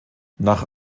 nach